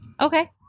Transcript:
Okay